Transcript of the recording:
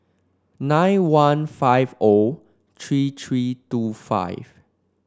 nine one five O three three two five